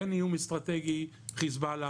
כן איום אסטרטגי, חיזבאללה,